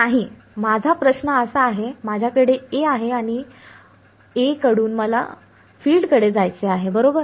नाही माझा प्रश्न असा आहे माझ्याकडे A आहे मला A कडून फील्डकडे जायचे आहे बरोबर